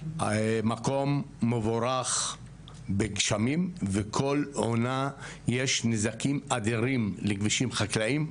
מקום מבורך בגשמים ובכל עונה יש נזקים אדירים לכבישים חקלאיים.